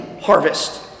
harvest